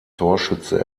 torschütze